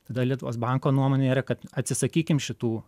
tada lietuvos banko nuomonė yra kad atsisakykim šitų